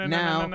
now